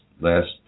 last